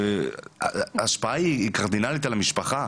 ההשפעה היא קרדינלית על המשפחה.